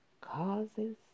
causes